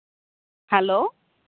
hello